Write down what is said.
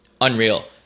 Unreal